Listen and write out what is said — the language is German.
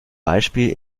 beispiel